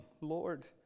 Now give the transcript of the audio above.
Lord